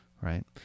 right